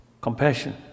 Compassion